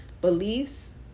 beliefs